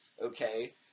Okay